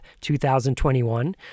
2021